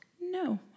no